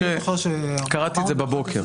קראתי את זה בבוקר.